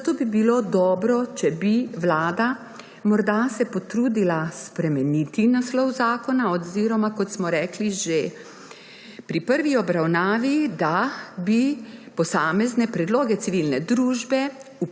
zato bi bilo dobro, če bi se vlada morda potrudila spremeniti naslov zakona oziroma kot smo rekli že pri prvi obravnavi, da bi posamezne predloge civilne družbe